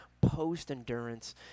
post-endurance